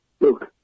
Look